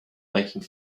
making